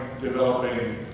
developing